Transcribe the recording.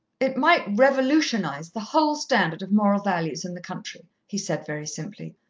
it might revolutionize the whole standard of moral values in the country, he said very simply.